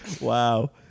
Wow